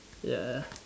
ya